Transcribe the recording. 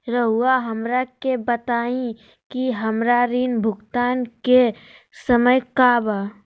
रहुआ हमरा के बताइं कि हमरा ऋण भुगतान के समय का बा?